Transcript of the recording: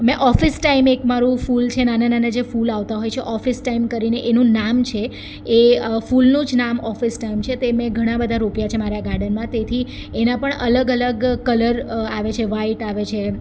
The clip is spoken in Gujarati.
મેં ઓફિસ ટાઈમ એક મારું ફૂલ છે નાના નાના આવતા હોય છે ઓફિસ ટાઈમ કરીને એનું નામ છે એ ફૂલનું જ નામ ઓફિસ ટાઈમ છે તે મેં ઘણા બધા રોપ્યા છે મારા ગાર્ડનમાં તેથી એના પણ અલગ અલગ કલર આવે છે વાઈટ આવે છે